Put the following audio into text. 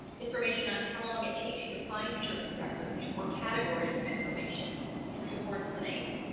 information on how long it takes you to find certain records or categories of information can support the same